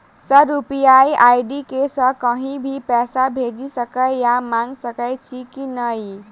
Sir UPI ID सँ कहि भी पैसा भेजि सकै या मंगा सकै छी की न ई?